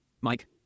Mike